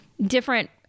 different